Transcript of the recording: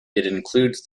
includes